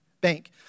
bank